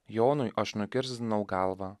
jonui aš nukirsdinau galvą